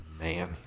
Man